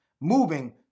moving